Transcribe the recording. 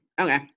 Okay